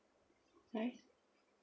five